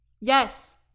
Yes